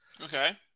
Okay